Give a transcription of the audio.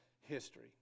history